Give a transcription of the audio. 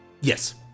Yes